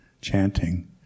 chanting